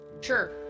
Sure